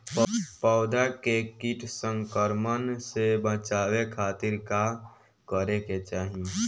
पौधा के कीट संक्रमण से बचावे खातिर का करे के चाहीं?